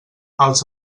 els